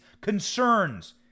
concerns